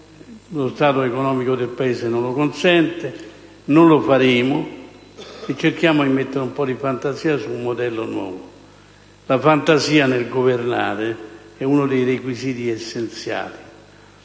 lo stato economico del Paese non lo consente. Non lo faremo, e cerchiamo di mettere un po' di fantasia su un modello nuovo. La fantasia nel governare è uno dei requisiti essenziali.